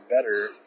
better